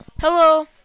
hello